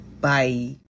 Bye